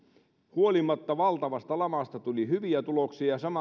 huolimatta valtavasta lamasta tuli hyviä tuloksia